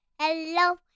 hello